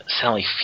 Sally